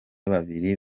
babiri